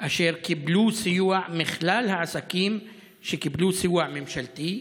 אשר קיבלו סיוע מכלל העסקים שקיבלו סיוע ממשלתי?